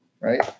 right